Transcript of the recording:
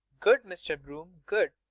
good, mr. broome, good.